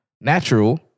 Natural